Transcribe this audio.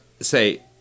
say